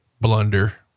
blunder